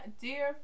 dear